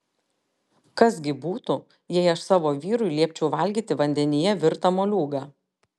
kas gi būtų jei aš savo vyrui liepčiau valgyti vandenyje virtą moliūgą